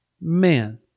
man